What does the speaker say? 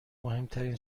مهمترین